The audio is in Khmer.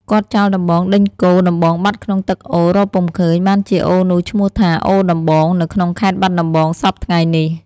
គាត់ចោលដំបងដេញគោ ដំបងបាត់ក្នុងទឹកអូររកពុំឃើញ បានជាអូរនោះឈ្មោះថា "អូរដំបង" នៅក្នុងខេត្តបាត់ដំបងសព្វថៃ្ងនេះ ។